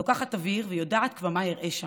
לוקחת אוויר, וכבר יודעת מה אראה שם: